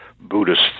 Buddhist